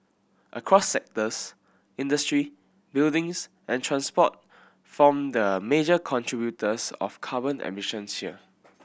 across sectors industry buildings and transport form the major contributors of carbon emissions here